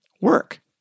work